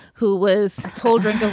who was told in the.